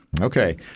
Okay